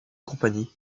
compagnie